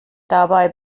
dabei